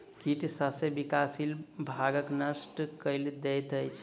कीट शस्यक विकासशील भागक नष्ट कय दैत अछि